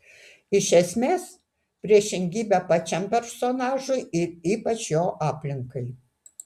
iš esmės priešingybė pačiam personažui ir ypač jo aplinkai